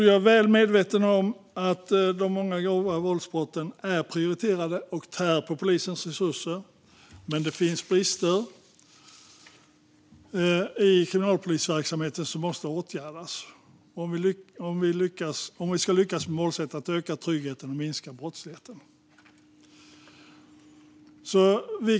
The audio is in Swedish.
Jag är väl medveten om att de många grova våldsbrotten är prioriterade och tär på polisens resurser, men det finns brister i kriminalpolisverksamheten som måste åtgärdas om vi ska lyckas med målsättningen att öka tryggheten och minska brottsligheten.